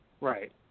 Right